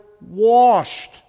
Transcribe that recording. Washed